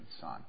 son